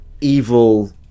evil